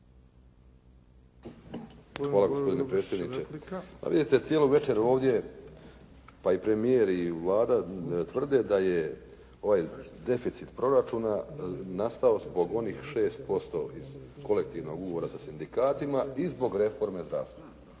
Hvala gospodine predsjedniče. Pa vidite cijelu večer ovdje, pa i premijer i Vlada tvrde da je ovaj deficit proračuna nastao zbog onih 6% iz kolektivnog ugovora sa sindikatima i zbog reforme zdravstva.